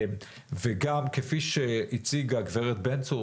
וגם כפי שהציגה גב' בן צור